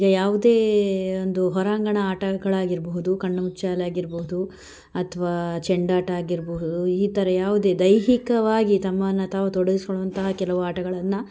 ಈಗ ಯಾವುದೇ ಒಂದು ಹೊರಾಂಗಣ ಆಟಗಳಾಗಿರ್ಬಹುದು ಕಣ್ಣಾ ಮುಚ್ಚಾಲೆ ಆಗಿರ್ಬೋದು ಅಥ್ವಾ ಚೆಂಡಾಟ ಆಗಿರಬಹುದು ಈ ಥರ ಯಾವುದೇ ದೈಹಿಕವಾಗಿ ತಮ್ಮನ್ನು ತಾವು ತೊಡಗಿಸಿಕೊಳ್ಳುವಂತಹ ಕೆಲವು ಆಟಗಳನ್ನು